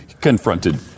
confronted